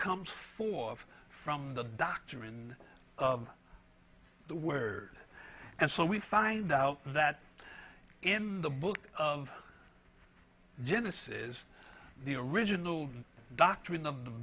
comes for of from the doctrine of the word and so we find out that in the book of genesis the original doctrine